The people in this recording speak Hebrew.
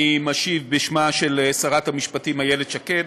אני משיב בשמה של שרת המשפטים איילת שקד.